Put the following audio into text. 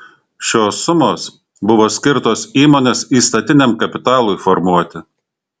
šios sumos buvo skirtos įmonės įstatiniam kapitalui formuoti